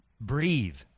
Breathe